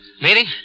Meeting